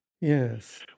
Yes